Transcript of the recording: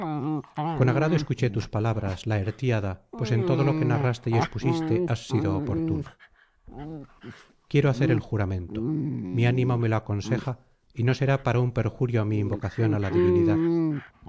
con agrado escuché tus palabras laertíada pues en todo lo que narraste y expusiste has sido oportuno quiero hacer el juramento mi ánimo me lo aconseja y no será para un perjurio mi invocación á la divinidad